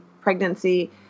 pregnancy